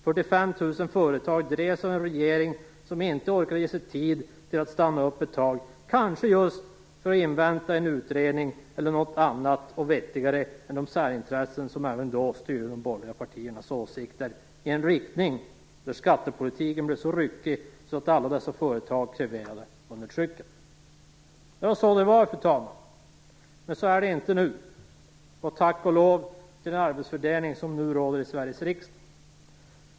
45 000 företag drevs till nedläggning av en regering som inte tog sig tid att stanna upp ett tag för att kanske just invänta en utredning eller något annat och vettigare än de särintressen som även då styrde de borgerliga partiernas åsikter. Det resulterade i en skattepolitik som var så ryckig att företagen kreverade under trycket av den. Så var det då. Men så är det inte nu, tack vare den arbetsfördelning som nu råder i Sveriges riksdag.